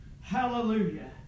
Hallelujah